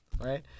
right